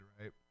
right